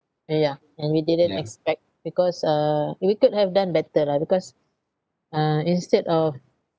uh ya and we didn't expect because uh we could have done better lah because uh instead of